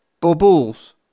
Bubbles